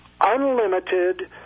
unlimited